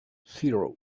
zero